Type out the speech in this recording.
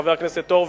חבר הכנסת הורוביץ,